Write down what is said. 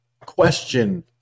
question